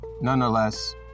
nonetheless